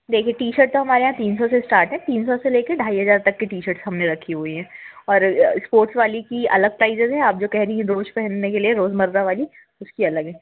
देखिए T shirt तो हमारे यहाँ तीन सौ से स्टार्ट है तीन सौ से लेकर ढ़ाई हज़ार तक की टी शर्ट हमने रखी हुईं हैं और स्पोर्ट वाली की अलग प्राइसेज़ हैं आप जो कह रही हैं रोज़ पहनने के लिए रोज़मर्रा वाली उसकी अलग है